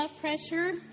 pressure